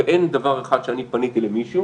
ואין דבר אחד שאני פניתי למישהו